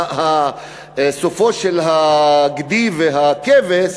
סופו של הגדי והכבש